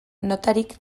notarik